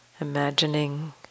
imagining